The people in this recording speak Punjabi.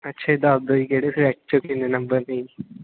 ਅੱਛਾ ਜੀ ਦੱਸ ਦਿਉ ਜੀ ਕਿਹੜੇ ਸਬਜੈਕਟ 'ਚ ਕਿੰਨੇ ਨੰਬਰ ਨੇ ਜੀ